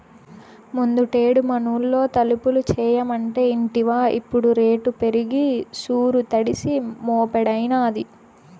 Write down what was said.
ముందుటేడు మనూళ్లో తలుపులు చేయమంటే ఇంటివా ఇప్పుడు రేటు పెరిగి సూరు తడిసి మోపెడైనాది